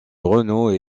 renault